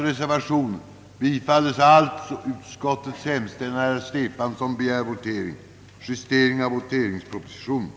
medföra större likhet i behandlingen av skattskyldiga;